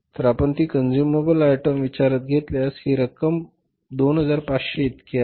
तर आपण ती कन्ज्युमेबल आयटम विचारात घेतल्यास ही रक्कम 2500 इतकी आहे